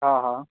हा हा